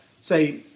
say